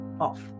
off